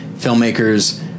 filmmakers